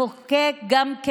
לחוקק גם,